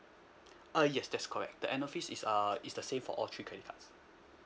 uh yes that's correct the annual fees is uh is the same for all three credit cards